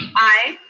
aye.